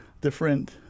different